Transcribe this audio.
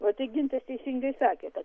va tai gintas teisingai sakė kad